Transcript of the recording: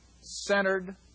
centered